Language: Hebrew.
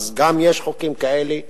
גם יש חוקים כאלה.